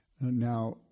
Now